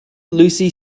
lucy